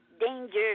danger